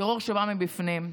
וטרור שבא מבפנים.